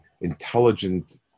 intelligent